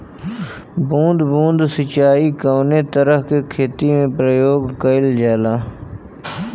बूंद बूंद सिंचाई कवने तरह के खेती में प्रयोग कइलजाला?